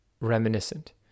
reminiscent